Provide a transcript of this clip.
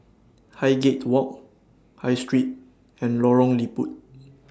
Highgate Walk High Street and Lorong Liput